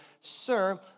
Sir